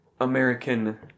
American